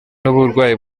n’uburwayi